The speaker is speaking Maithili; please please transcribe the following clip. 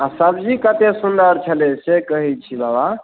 आ सब्जी कतेक सुंदर छलै से कहैत छी बाबा